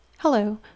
Hello